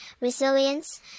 resilience